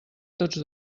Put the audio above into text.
tots